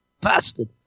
bastard